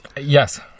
Yes